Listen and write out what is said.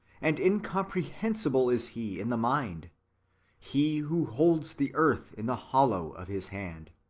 and incomprehensible is he in the mind he who holds the earth in the hollow of his hand.